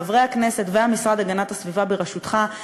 חברי הכנסת והמשרד להגנת הסביבה בראשותך,